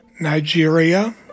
Nigeria